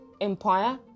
empire